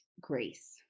grace